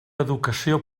educació